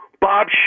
Bob